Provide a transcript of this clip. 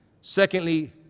Secondly